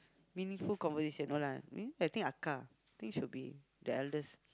meaningful conversation no lah I think I think should be the eldest